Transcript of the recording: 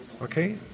Okay